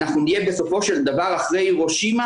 אנחנו נהיה בסופו של דבר אחרי הירושימה